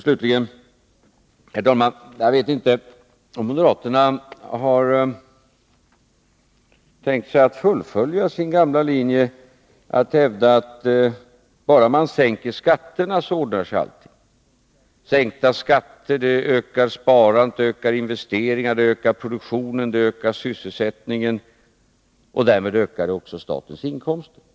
Slutligen, fru talman, vet jag inte om moderaterna har tänkt sig att fullfölja sin gamla linje att hävda att bara man sänker skatterna, så ordnar sig allting. Skattesänkningar ökar sparandet, ökar investeringar, ökar produktionen och ökar sysselsättningen, och därmed ökar också statens inkomster.